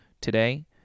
today